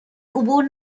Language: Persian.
عبور